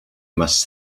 must